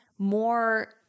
more